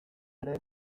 ere